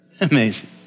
Amazing